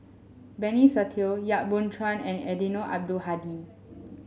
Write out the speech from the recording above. Benny Se Teo Yap Boon Chuan and Eddino Abdul Hadi